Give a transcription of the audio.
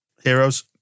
Heroes